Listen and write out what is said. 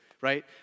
right